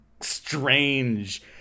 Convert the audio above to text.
strange